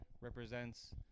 represents